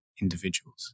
individuals